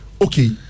okay